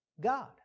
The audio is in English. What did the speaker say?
God